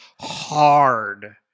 hard